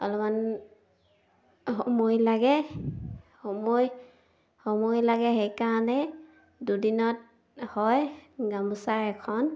অলপমান সময় লাগে সময় সময় লাগে সেইকাৰণে দুদিনত হয় গামোচা এখন